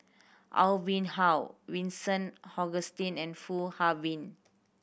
Aw Boon Haw Vincent Hoisington and Foo Ah Bee